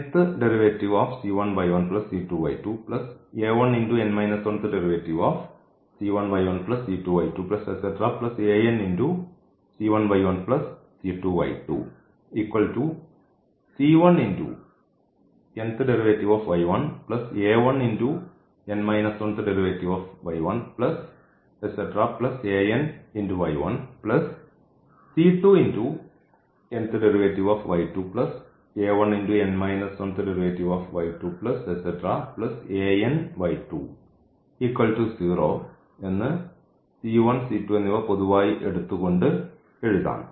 അത് സബ്സ്റ്റിറ്റ്യൂട്ട് ചെയ്യുന്നതോടെ എന്ന് പൊതുവായി എടുത്തുകൊണ്ട് എഴുതാം